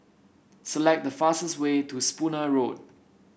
select the fastest way to Spooner Road